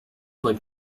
aurait